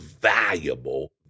valuable